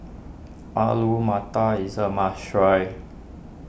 Alu Matar is a must try